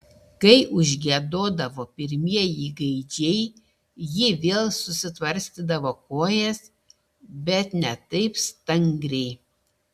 kai užgiedodavo pirmieji gaidžiai ji vėl susitvarstydavo kojas bet ne taip stangriai